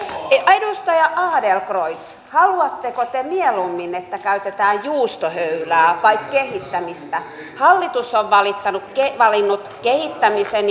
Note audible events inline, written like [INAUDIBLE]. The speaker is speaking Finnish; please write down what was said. edustaja adlercreutz haluatteko te mieluummin että käytetään juustohöylää vai kehittämistä hallitus on valinnut kehittämisen [UNINTELLIGIBLE]